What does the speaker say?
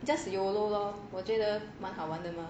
just YOLO lor 我觉得蛮好玩的吗